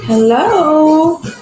Hello